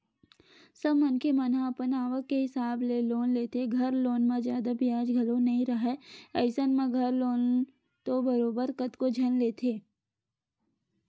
सब मनखे मन ह अपन आवक के हिसाब ले लोन लेथे, घर लोन म जादा बियाज घलो नइ राहय अइसन म घर लोन तो बरोबर कतको झन लेथे